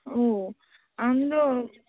ᱚᱻ ᱟᱢ ᱫᱚ